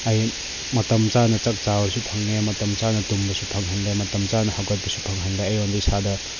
ꯑꯩ ꯃꯇꯝ ꯆꯥꯅ ꯆꯥꯛ ꯆꯥꯕꯁꯨ ꯐꯪꯉꯦ ꯃꯇꯝ ꯆꯥꯅ ꯇꯨꯝꯕꯁꯨ ꯐꯪꯍꯜꯂꯦ ꯃꯇꯝ ꯆꯥꯅ ꯍꯆꯒꯠꯄꯁꯨ ꯐꯪꯍꯜꯂꯦ ꯑꯩꯉꯣꯟꯗ ꯏꯁꯥꯗ